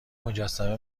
مجسمه